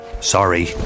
Sorry